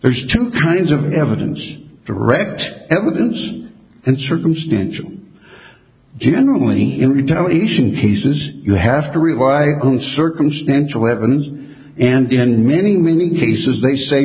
there's two kinds of evidence direct evidence and circumstantial generally in retaliation cases you have to rely on circumstantial evidence and in many many cases they say